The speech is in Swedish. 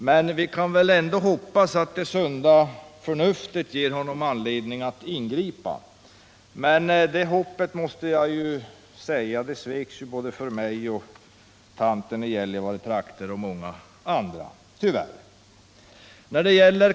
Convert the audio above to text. Men vi kan väl ändå hoppas att det sunda förnuftet ger honom anledning att ingripa, sade jag. Det hoppet sveks tyvärr för mig, för tanten i Gällivaretrakten och för många andra.